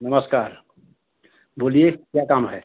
नमस्कार बोलिए क्या काम है